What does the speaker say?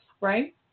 Right